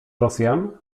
rosjan